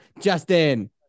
Justin